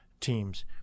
teams